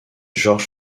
george